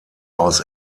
aus